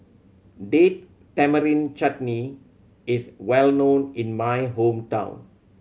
Date Tamarind Chutney is well known in my hometown